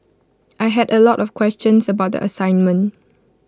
I had A lot of questions about the assignment